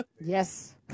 Yes